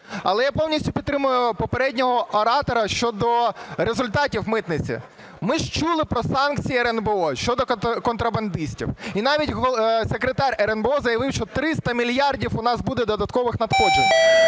Але я повністю підтримую попереднього оратора щодо результатів митниці. Ми ж чули про санкції РНБО щодо контрабандистів. І навіть секретар РНБО заявив, що 300 мільярдів у нас буде додаткових надходжень.